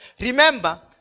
Remember